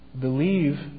believe